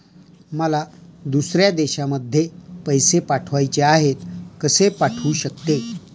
मला दुसऱ्या देशामध्ये पैसे पाठवायचे आहेत कसे पाठवू शकते?